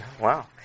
Wow